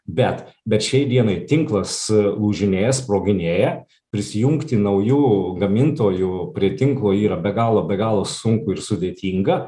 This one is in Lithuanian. bet bet šiai dienai tinklas lūžinėja sproginėja prisijungti naujų gamintojų prie tinklo yra be galo be galo sunku ir sudėtinga